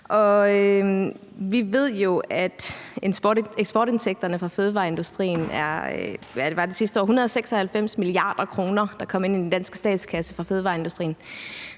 vi ved jo, hvad eksportindtægterne fra fødevareindustrien er. Var det sidste år 196 mia. kr., der kom ind i den danske statskasse fra fødevareindustrien?